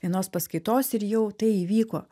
vienos paskaitos ir jau tai įvyko